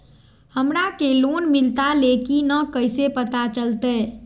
हमरा के लोन मिलता ले की न कैसे पता चलते?